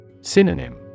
Synonym